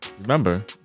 Remember